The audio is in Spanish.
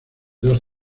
dos